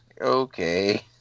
okay